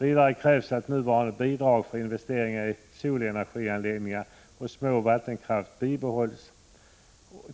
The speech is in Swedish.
Vidare krävs att nuvarande bidrag för investeringar i solenergianläggningar och små vattenkraftverk bibehålls